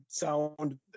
Sound